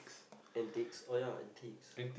antiques oh ya antiques